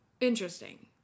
interesting